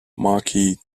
markey